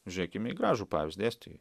žiūrėkime į gražų pavyzdį estijoj